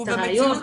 מכיר את הראיות.